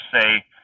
say